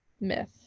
myth